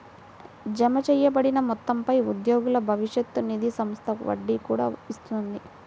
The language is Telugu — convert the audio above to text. జమచేయబడిన మొత్తంపై ఉద్యోగుల భవిష్య నిధి సంస్థ వడ్డీ కూడా ఇస్తుంది